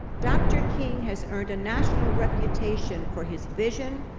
dr. king has earned a national reputation for his vision,